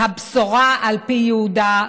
"הבשורה על פי יהודה",